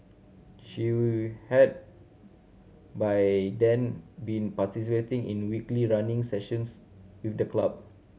she had by then been participating in weekly running sessions with the club